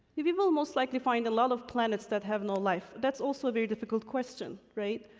we we will most likely find a lot of planets that have no life. that's also a very difficult question, right?